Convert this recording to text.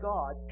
God